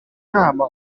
nama